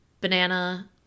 banana